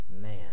Man